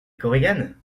korigane